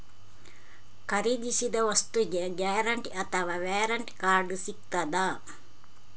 ಖರೀದಿಸಿದ ವಸ್ತುಗೆ ಗ್ಯಾರಂಟಿ ಅಥವಾ ವ್ಯಾರಂಟಿ ಕಾರ್ಡ್ ಸಿಕ್ತಾದ?